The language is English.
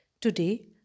today